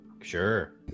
Sure